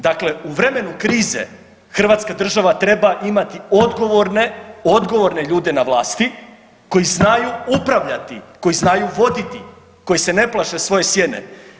Dakle, u vremenu krize Hrvatska država treba imati odgovorne, odgovorne ljude na vlasti koji znaju upravljati, koji znaju voditi, koji se ne plaše svoje sjene.